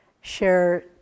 share